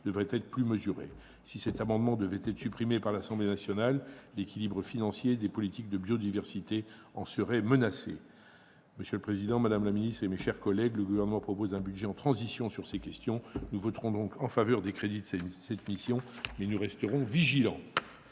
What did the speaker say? introduite par cet amendement était supprimée par l'Assemblée nationale, l'équilibre financier des politiques de biodiversité en serait menacé. Monsieur le président, madame la ministre, mes chers collègues, le Gouvernement propose un budget en transition sur ces questions. Nous voterons donc en faveur des crédits de cette mission, mais nous resterons vigilants.